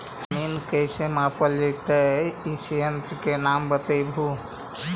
जमीन कैसे मापल जयतय इस यन्त्र के नाम बतयबु?